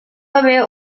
haver